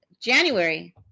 January